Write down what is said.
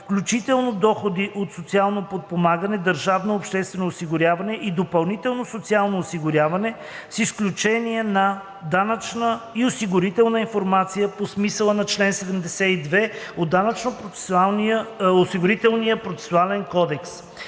включително доходи от социално подпомагане, държавно обществено осигуряване и допълнително социално осигуряване, с изключение на данъчна и осигурителна информация по смисъла на чл. 72 от Данъчно-осигурителния процесуален кодекс.